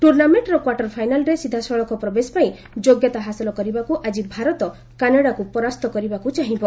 ଟୁର୍ଣ୍ଣାମେଣ୍ଟର କ୍ୱାର୍ଟର ଫାଇନାଲ୍ରେ ସିଧାସଳଖ ପ୍ରବେଶ ପାଇଁ ଯୋଗ୍ୟତା ହାସଲ କରିବାକୁ ଆଜି ଭାରତ କାନାଡାକୁ ପରାସ୍ତ କରିବାକୁ ଚାହିଁବ